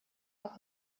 auch